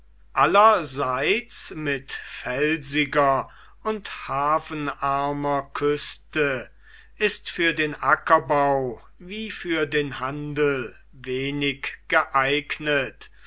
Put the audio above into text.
allerseits mit felsiger und hafenarmer küste ist für den ackerbau wie für den handel wenig geeignet